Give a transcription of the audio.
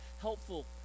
helpful